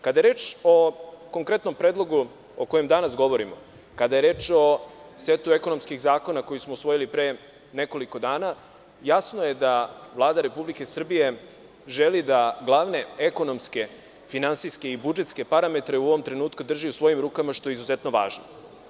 Kada je reč o konkretnom predlogu o kojem danas govorimo, kada je reč o setu ekonomskih zakona koje smo usvojili pre nekoliko dana, jasno je da Vlada Republike Srbije želi da ekonomske, finansijske i budžetske parametre u ovom trenutku drži u svojim rukama, što je izuzetno važno.